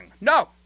No